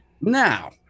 Now